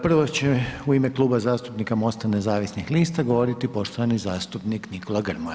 Prvo će u ime Kluba zastupnika MOST-a nezavisnih lista govoriti poštovani zastupnik Nikola Grmoja.